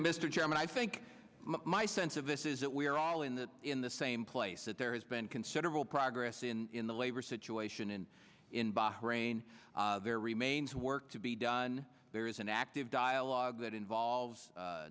chairman i think my sense of this is that we are all in that in the same place that there has been considerable progress in the labor situation in in bahrain there remains work to be done there is an active dialogue that involves